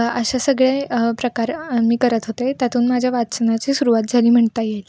अशा सगळे प्रकार मी करत होते त्यातून माझ्या वाचनाची सुरुवात झाली म्हणता येईल